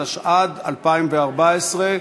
התשע"ד 2014,